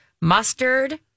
Mustard